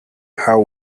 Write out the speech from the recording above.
how